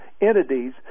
entities